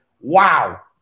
wow